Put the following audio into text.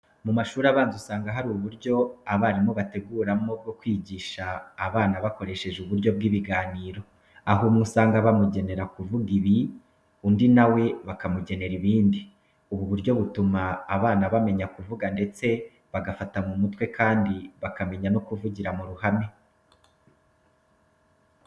Mu mashuri abanza usanga hari uburyo abarimu bateguramo bwo kwigisha abana bakoresheje uburyo bw'ibiganiro. Aho umwe bamugenera kuvuga ibi, undi na we bakamugenera ibindi. Ubu buryo butuma bana bamenya kuvuga ndetse bagafata mu mutwe kandi bakamenya no kuvugira mu ruhame.